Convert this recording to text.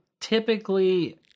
Typically